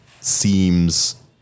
seems